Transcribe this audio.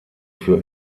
für